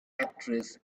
actress